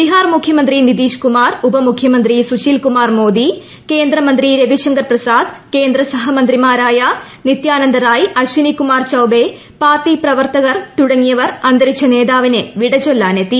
ബീഹാർ മുഖ്യമന്ത്രി നിതീഷ് കുമാർ ഉപമുഖ്യമന്ത്രി സുശീൽ കുമാർ മോദി കേന്ദ്രമന്ത്രി രവി ശങ്കർ പ്രസാദ് കേന്ദ്ര സഹമന്ത്രിമാരായ നിത്യാനന്ദ റായ് അശ്വനി കുമാർ ചൌബേയ് പാർട്ടി പ്രവർത്തകൻ തുടങ്ങിയവർ അന്തരിച്ച നേതാവിന് വിട ചൊല്ലാൻ എത്തി